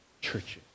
churches